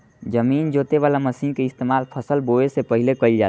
जमीन जोते वाला मशीन के इस्तेमाल फसल बोवे से पहिले कइल जाला